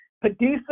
producer